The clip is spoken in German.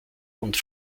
und